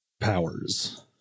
powers